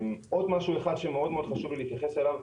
דבר נוסף שחשוב לי מאוד להתייחס אליו